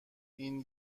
این